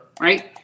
Right